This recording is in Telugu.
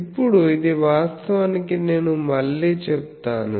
ఇప్పుడు ఇది వాస్తవానికి నేను మళ్లీ చెప్తాను